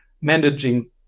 managing